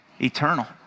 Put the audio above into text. eternal